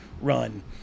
run